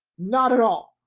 not at all.